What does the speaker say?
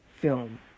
film